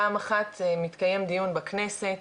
פעם אחת מתקיים דיון בכנסת